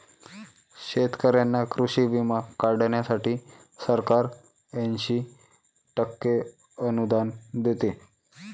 शेतकऱ्यांना कृषी विमा काढण्यासाठी सरकार ऐंशी टक्के अनुदान देते